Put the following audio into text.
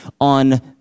on